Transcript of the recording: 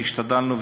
והשתדלנו,